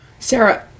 Sarah